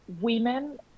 women